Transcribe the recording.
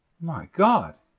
my god!